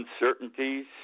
uncertainties